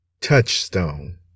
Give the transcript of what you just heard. Touchstone